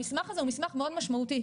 המסמך הזה הוא מסמך מאוד משמעותי,